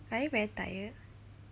are you very tired